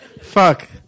Fuck